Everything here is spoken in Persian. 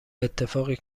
اتفاقی